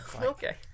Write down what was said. Okay